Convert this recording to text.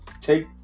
Take